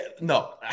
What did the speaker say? No